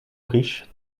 riche